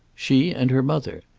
she and her mother.